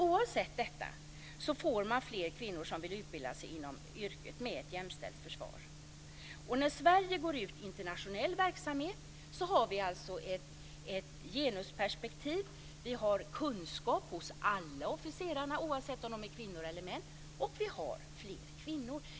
Oavsett detta får man fler kvinnor som vill utbilda sig inom yrket med ett jämställt försvar. När Sverige går ut i internationell verksamhet har vi alltså ett genusperspektiv. Vi har kunskap hos alla officerare, oavsett om de är kvinnor eller män, och vi har fler kvinnor.